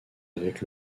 avec